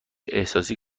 احساسی